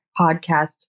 Podcast